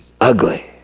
ugly